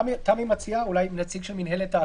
היא ביקשה לחדד את זה למשתמשי האפליקציה.